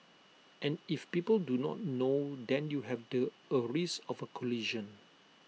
and if people do not know then you have A risk of A collision